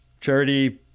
charity